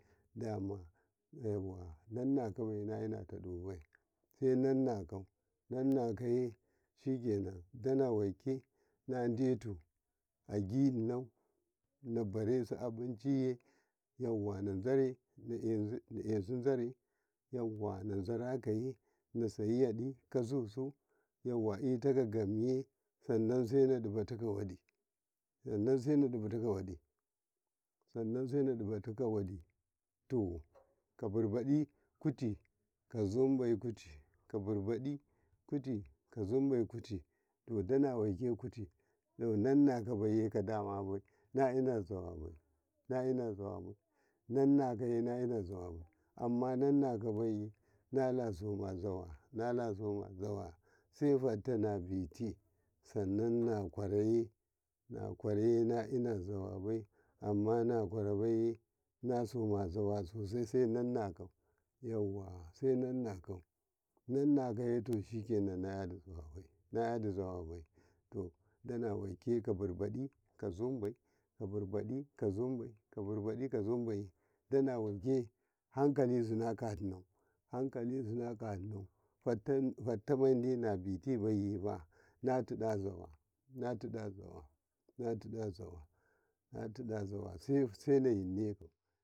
﻿Dama nannakabai nainatabai sai nannako nannakaye shiken danawake nadeto agino nabarasu abicaye yauwa nazare na esuzare yawa nazarakaye nazai ya ɗi kazusu yawa intakagaye sanan sai naɗibataka wadi sanan sai nadibataka waɗi sanan sai naɗibatakar waɗi to kabibaɗikuti kazubema kuti kabibɗi kuti kazubama kuti danawake kuti nannakabaye ka damabai nainazawa bai naina zawabai nannakaye nainanzawabai ama wannakabaye naka soma zawa nala goma zawa sai ful fatinabiti sanan nakwaraye nakwaraye nainazawabai ama nakularabaye nala soma zawa sasai sai nakoyawa senon nako nannakaye to shiken nakyaga zawabai nakyda zawabai to danawake kabibaɗa ka zanbai kabibaɗa ko zunbai kabibaɗa kabibaɗa ka zunbai danwake hankali su nakano hanakalo ɗu nakanofata madina bitiye foitamadina ditibaye nabitibaye manati ɗanazaura nati da zawa natida zawa natida zawa natida zawa senayi neco.